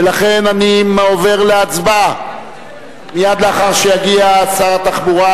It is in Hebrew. ולכן אני עובר להצבעה מייד לאחר שיגיע שר התחבורה,